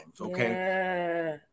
okay